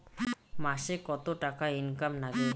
মাসে কত টাকা ইনকাম নাগে?